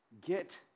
Get